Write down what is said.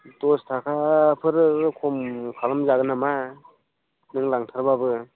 दस थाखाफोर खम खालामजागोन नामा नों लांथारब्लाबो